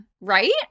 right